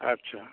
अच्छा